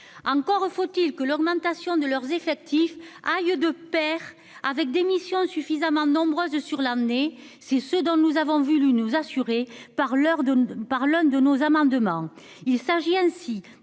encore faut-il que l'augmentation de leurs effectifs aille de Pair avec démission suffisamment nombreuses sur l'amener, c'est ce dont nous avons voulu nous assurer par l'heure d'par l'un de nos amendements, il s'agit ainsi